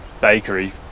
bakery